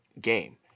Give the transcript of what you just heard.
game